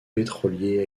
pétroliers